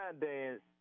dance